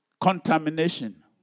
Contamination